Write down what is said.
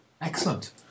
Excellent